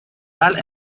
tal